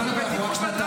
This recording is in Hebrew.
קודם כול, אנחנו רק שנתיים.